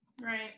Right